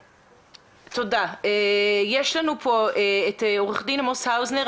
נמצא אתנו עורך דין עמוס האוזנר,